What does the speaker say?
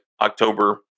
October